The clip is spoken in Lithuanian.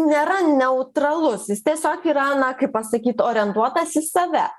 nėra neutralus jis tiesiog yra na kaip pasakyt orientuotas į save